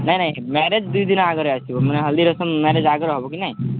ନାଇ ନାଇ ମ୍ୟାରେଜ୍ ଦୁଇ ଦିନ ଆଗରେ ଆସିବ ମାନେ ହଲ୍ଦି ରସମ୍ ମ୍ୟାରେଜ୍ ଆଗରେ ହେବ କି ନାଇ